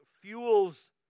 fuels